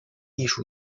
艺术